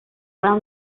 well